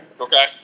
Okay